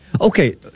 Okay